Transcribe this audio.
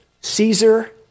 Caesar